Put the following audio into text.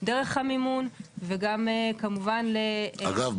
דרך המימון וגם כמובן --- אגב,